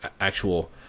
actual